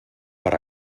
per